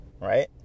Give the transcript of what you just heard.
right